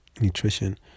nutrition